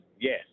Yes